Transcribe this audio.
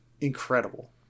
incredible